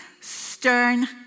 stern